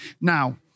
Now